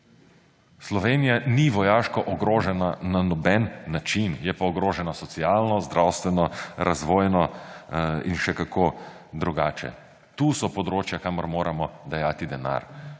Slovenija ni vojaško ogrožena na noben način; je pa ogrožena socialno, zdravstveno, razvojno in še kako drugače. Tukaj so področja, kamor moramo dejati denar,